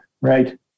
right